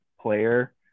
player